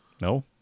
No